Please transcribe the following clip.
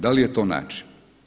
Da li je to način?